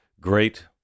great